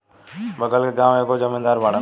बगल के गाँव के एगो जमींदार बाड़न